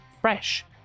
fresh